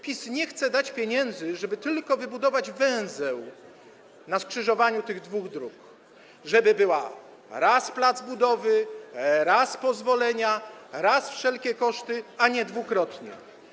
PiS nie chce dać pieniędzy, żeby tylko wybudować węzeł na skrzyżowaniu tych dwóch dróg, żeby mieć raz plac budowy, raz pozwolenia, raz wszelkie koszty, a nie dwukrotnie.